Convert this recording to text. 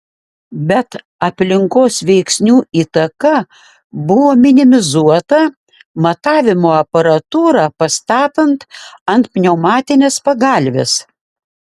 bet aplinkos veiksnių įtaka buvo minimizuota matavimo aparatūrą pastatant ant pneumatinės pagalvės